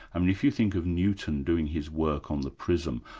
i mean if you think of newton doing his work on the prism,